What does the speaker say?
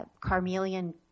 Carmelian –